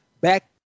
back